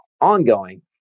ongoing